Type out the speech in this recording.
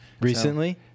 Recently